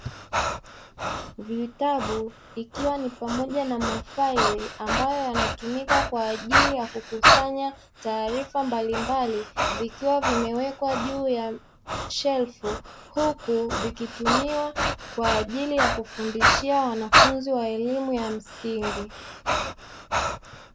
Vitabu vikiwa pamoja na mafaili ambayo yanatumika kwaajili ya kukusanya taarifa mbalimbali zikiwa zimewekwa juu ya shelfu, huku zikitumiwa kwaajili ya kufundishia wanafunzi wabelimu ya msingi.